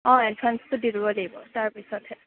অঁ এডভান্সটো দি ল'ব লাগিব তাৰ পিছতহে